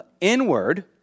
inward